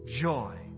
joy